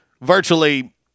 virtually